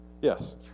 Yes